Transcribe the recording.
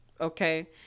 Okay